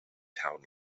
town